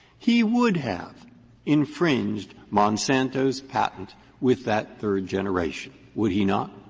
he would have infringed monsanto's patent with that third generation, would he not?